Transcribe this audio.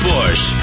Bush